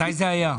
מתי זה היה?